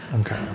Okay